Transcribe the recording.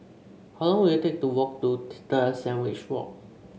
how long will it take to walk to Sandwich Road